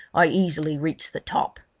i easily reached the top.